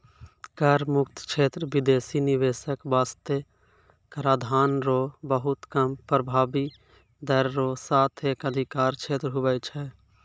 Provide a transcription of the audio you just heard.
कर मुक्त क्षेत्र बिदेसी निवेशक बासतें कराधान रो बहुत कम प्रभाबी दर रो साथ एक अधिकार क्षेत्र हुवै छै